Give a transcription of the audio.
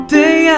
day